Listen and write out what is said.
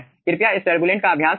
कृपया इस टरबुलेंट का अभ्यास करें